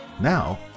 Now